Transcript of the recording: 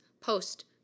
post